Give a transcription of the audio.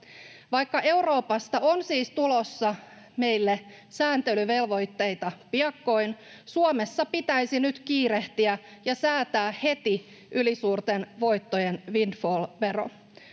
Vaikka Euroopasta on siis tulossa meille sääntelyvelvoitteita piakkoin, Suomessa pitäisi nyt kiirehtiä ja säätää heti ylisuurten voittojen windfall-vero.